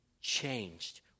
changed